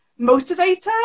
motivator